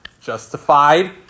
justified